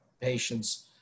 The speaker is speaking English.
patients